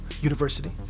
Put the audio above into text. University